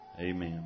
Amen